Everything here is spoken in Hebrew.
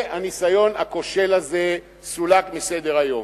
והניסיון הכושל הזה סולק מסדר-היום.